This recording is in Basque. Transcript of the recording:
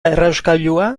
errauskailua